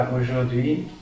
aujourd'hui